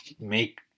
make